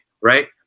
Right